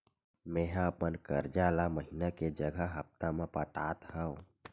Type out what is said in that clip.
मेंहा अपन कर्जा ला महीना के जगह हप्ता मा पटात हव